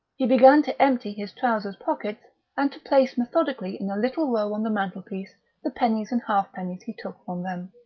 he began to empty his trousers pockets and to place methodically in a little row on the mantelpiece the pennies and halfpennies he took from them.